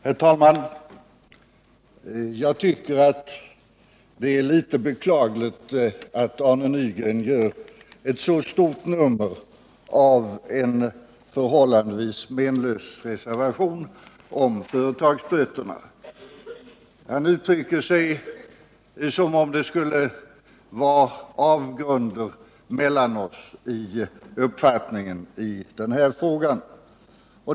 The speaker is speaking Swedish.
Herr talman! Jag tycker det är beklagligt att Arne Nygren gör ett så stort nummer av en förhållandevis meningslös reservation om företagsböterna — han uttrycker sig som om det skulle vara avgrunder mellan våra uppfattningar i den här frågan.